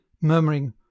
murmuring